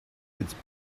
its